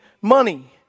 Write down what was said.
money